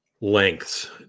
lengths